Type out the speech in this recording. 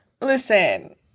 Listen